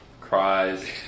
cries